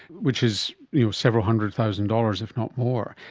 which is several hundred thousand dollars, if not more.